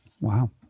Wow